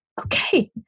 okay